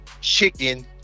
chicken